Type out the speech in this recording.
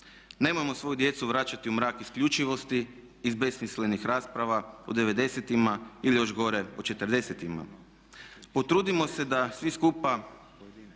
nemojmo svoju djecu vraćati u mrak isključivosti iz besmislenih rasprava od 90.tima ili još gore o 40.tima. Potrudimo se da svi skupa stvorimo